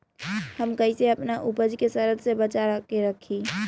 हम कईसे अपना उपज के सरद से बचा के रखी?